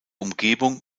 umgebung